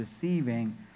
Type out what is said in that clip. deceiving